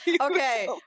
Okay